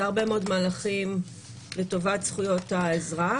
הרבה מאוד מאמצים לטובת זכויות האזרח,